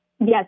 Yes